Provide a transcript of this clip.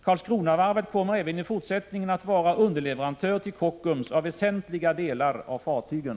Karlskronavarvet kommer även i fortsättningen att vara underleverantör till Kockums av väsentliga delar av fartygen.